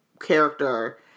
character